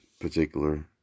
particular